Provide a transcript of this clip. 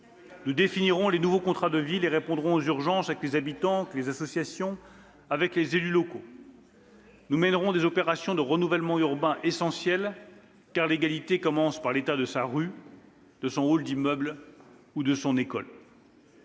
Nous définirons les nouveaux contrats de ville et répondrons aux urgences, avec les habitants, avec les associations, avec les élus locaux. » Ah oui ?« Nous mènerons les opérations de renouvellement urbain essentielles, car l'égalité, cela commence par l'état de sa rue, de son hall d'immeuble ou de son école.